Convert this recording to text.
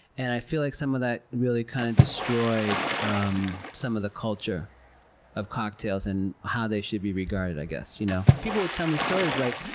and i feel like some of that really kind of destroyed um some of the culture of cocktails and how they should be regarded, i guess. you know people would tell me stories, like,